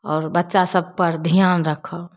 आओर बच्चासभपर धिआन राखब